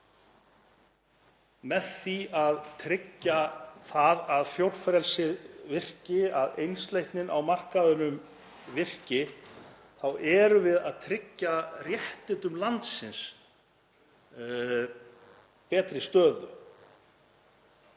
Með því að tryggja að fjórfrelsið virki, að einsleitnin á markaðnum virki, erum við að tryggja réttindum landsins betri stöðu.